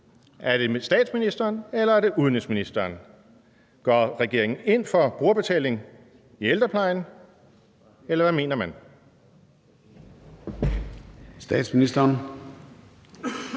Er det statsministeren, eller er det udenrigsministeren? Går regeringen ind for brugerbetaling i ældreplejen, eller hvad mener man? Kl.